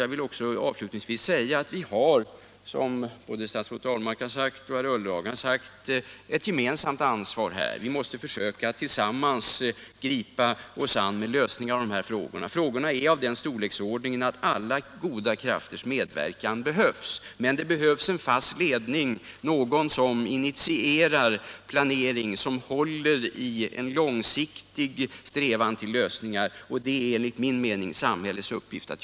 Jag vill också avslutningsvis framhålla att vi, som både statsrådet Ahlmark och herr Ullenhag har sagt, har ett gemensamt ansvar. Vi måste tillsammans gripa oss an med lösningen av dessa problem. Frågorna är av den storleken att alla goda krafters medverkan behövs. Det fordras emellertid en fast ledning, någon som initierar planeringen och håller i en långsiktig strävan till lösningar. Det är enligt min mening samhällets uppgift.